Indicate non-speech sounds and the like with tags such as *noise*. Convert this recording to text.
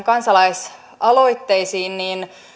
*unintelligible* kansalaisaloitteisiin niin